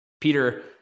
Peter